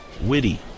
witty